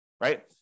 right